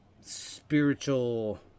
spiritual